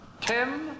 Tim